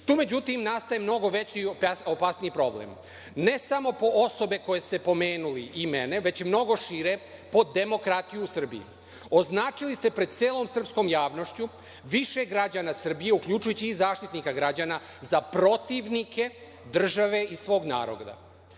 međutim nastaje mnogo veći i opasniji problem, ne samo po osobe koje ste pomenuli i mene, već mnogo šire po demokratiju u Srbiji. Označili ste pred celom srpskom javnošću više građana Srbije, uključujući i Zaštitnika građana za protivnike države i svog naroda.